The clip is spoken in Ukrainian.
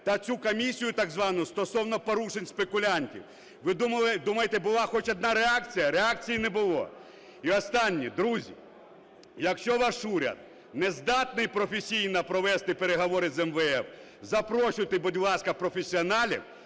та цю комісію так звану стосовно порушень спекулянтів. Ви думаєте, була хоч одна реакція? Реакції не було. І останнє. Друзі, якщо ваш уряд не здатний професійно провести переговори з МВФ, запрошуйте, будь ласка, професіоналів,